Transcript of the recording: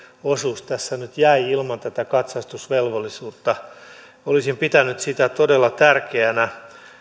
osuus tässä nyt jäi ilman katsastusvelvollisuutta olisin pitänyt sitä todella tärkeänä